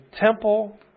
temple